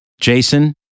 Jason